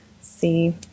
see